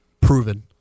Proven